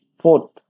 fourth